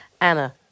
Anna